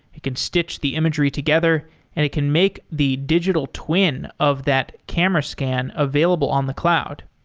it can stitch the imagery together and it can make the digital twin of that camera scan available on the cloud.